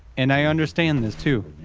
and i understand this, too.